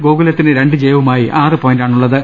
ഗോകുലത്തിന് രണ്ട് ജയവുമായി ആര് പോയിന്റാണുള്ള ത്